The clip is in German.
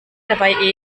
dabei